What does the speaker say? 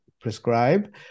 prescribe